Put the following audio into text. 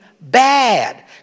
bad